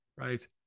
right